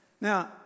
now